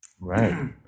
Right